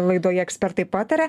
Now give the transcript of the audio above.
laidoje ekspertai pataria